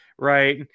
Right